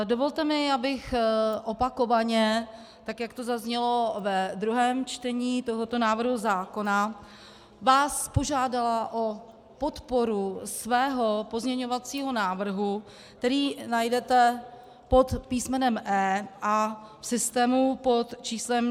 Dovolte mi, abych opakovaně, jak to zaznělo ve druhém čtení tohoto návrhu zákona, vás požádala o podporu svého pozměňovacího návrhu, který najdete pod písmenem E a v systému pod číslem 4916.